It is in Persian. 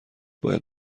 باید